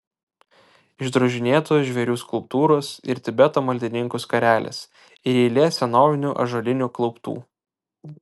išdrožinėtos žvėrių skulptūros ir tibeto maldininkų skarelės ir eilė senovinių ąžuolinių klauptų